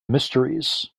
mysteries